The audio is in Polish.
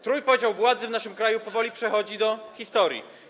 Trójpodział władzy w naszym kraju powoli przechodzi do historii.